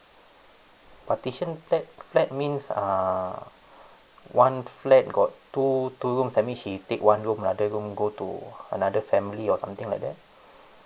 partition flat flat means err one flat got two two room that mean she take one room lah the other room go to another family or something like that